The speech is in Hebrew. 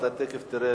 אדוני